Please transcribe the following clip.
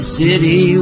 city